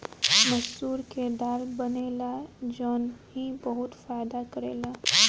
मसूर के दाल बनेला जवन की बहुते फायदा करेला